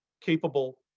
capable